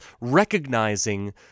recognizing